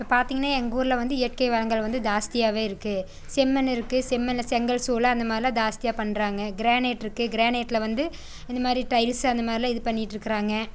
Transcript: இப்போ பார்த்திங்கன்னா எங்கள் ஊரில் வந்து இயற்கை வளங்கள் வந்து ஜாஸ்தியாகவே இருக்கு செம்மண் இருக்கு செம்மண்ணு செங்கல் சூளை அந்த மாதிரிலாம் ஜாஸ்தியாக பண்ணுறாங்க கிரானைட் இருக்கு கிரானைட்டில் வந்து இந்த மாதிரி டைல்ஸு அந்த மாதிரிலாம் இது பண்ணிட்டுருக்குறாங்க